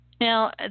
Now